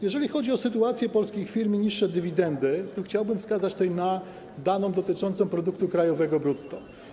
Jeżeli chodzi o sytuację polskich firm i niższe dywidendy, to chciałbym wskazać tutaj na daną dotyczącą produktu krajowego brutto.